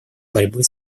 борьбы